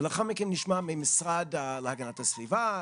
ולאחר מכן נשמע מהמשרד להגנת הסביבה,